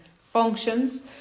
functions